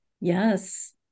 Yes